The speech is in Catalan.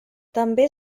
també